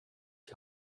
die